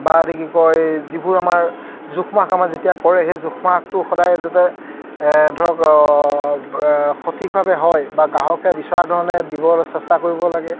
বা এইটো কি কয় যিবোৰ আমাৰ জোখমাখ আমাৰ যেতিয়া কৰে সেই জোখমাখটো সদায় যাতে ধৰক সঠিকভাৱে হয় বা গ্ৰাহকে বিচৰা ধৰণে দিবলৈ চেষ্টা কৰিব লাগে